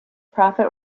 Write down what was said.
profit